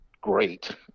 great